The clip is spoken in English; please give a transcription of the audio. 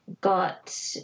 got